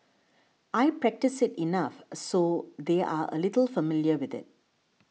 I practice it enough so they're a little familiar with it